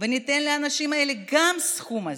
וניתן לאנשים האלה את הסכום הזה.